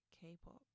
k-pop